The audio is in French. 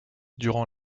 durant